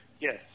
Yes